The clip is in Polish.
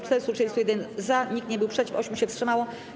431 - za, nikt nie był przeciw, 8 się wstrzymało.